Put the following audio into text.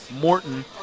Morton